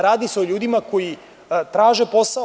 Radi se o ljudima koji traže posao.